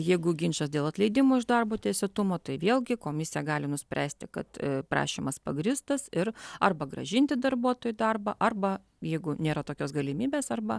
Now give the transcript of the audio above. jeigu ginčas dėl atleidimo iš darbo teisėtumo tai vėlgi komisija gali nuspręsti kad prašymas pagrįstas ir arba grąžinti darbuotoją į darbą arba jeigu nėra tokios galimybės arba